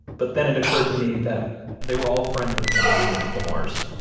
but then it occurred to me that they were all friends of john b. mclemore's,